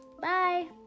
Bye